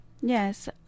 yes